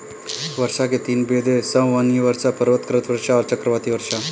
वर्षा के तीन भेद हैं संवहनीय वर्षा, पर्वतकृत वर्षा और चक्रवाती वर्षा